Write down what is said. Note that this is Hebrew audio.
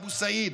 אבו סעיד.